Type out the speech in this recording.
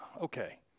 okay